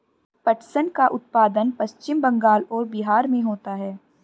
पटसन का उत्पादन पश्चिम बंगाल और बिहार में होता है